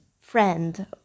friend